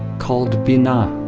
called binah,